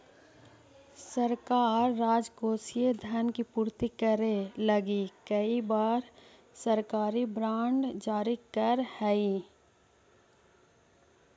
सरकार राजकोषीय धन के पूर्ति करे लगी कई बार सरकारी बॉन्ड जारी करऽ हई